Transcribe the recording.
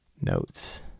notes